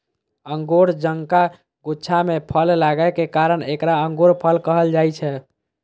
अंगूर जकां गुच्छा मे फल लागै के कारण एकरा अंगूरफल कहल जाइ छै